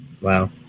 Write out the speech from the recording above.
Wow